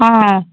ஆ